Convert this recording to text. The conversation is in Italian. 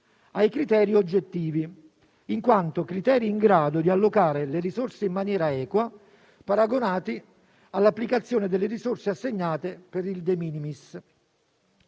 a criteri oggettivi in quanto in grado di allocare le risorse in maniera equa, paragonati all'applicazione delle risorse assegnate per il *de minimis*.